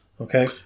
Okay